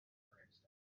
instincts